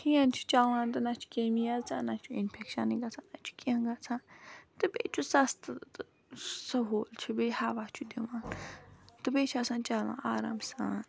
fan چھُ چَلان تہٕ نہ چھِ کیمی اَژان نہ چھُ اِنفیکشَنٕے گَژھان نہ چھُ کینہہ گَژھان تہٕ بیٚیہِ چھُ سَستہٕ تہٕ سَہول چھُ بیٚیہِ ہوا چھُ دِوان تہٕ بیٚیہِ چھُ آسان چلان آرام سان